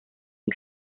und